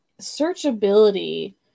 searchability